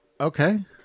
Okay